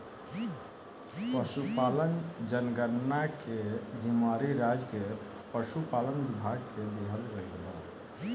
पसुपालन जनगणना के जिम्मेवारी राज्य के पसुपालन विभाग के दिहल गइल बा